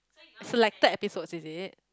so like that episode is it